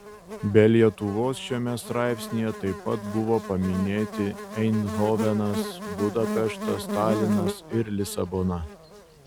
be lietuvos šiame straipsnyje taip pat buvo paminėti eindhovenas budapeštas talinas ir lisabona